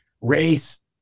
race